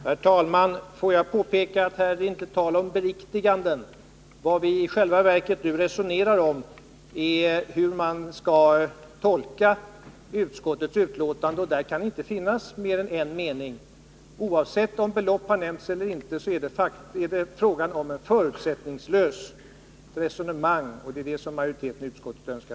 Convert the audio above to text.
Herr talman! Jag vill påpeka att här är det inte tal om beriktigande. Vad vii själva verket nu resonerar om är hur man skall tolka utskottets betänkande, och därvidlag kan det inte finnas mer än en mening. Oavsett om belopp har nämnts eller inte så är det fråga om ett förutsättningslöst resonemang. Det är det som majoriteten i utskottet önskar.